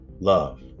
love